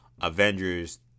Avengers